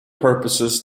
purposes